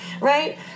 right